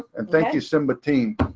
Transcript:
and thank you simba team.